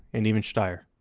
and even steyr.